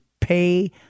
pay